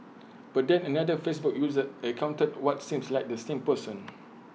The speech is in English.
but then another Facebook user encountered what seemed like the same person